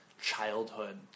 childhood